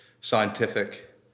scientific